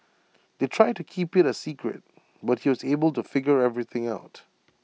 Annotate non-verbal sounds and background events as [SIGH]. [NOISE] they tried to keep IT A secret but he was able to figure everything out